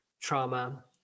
trauma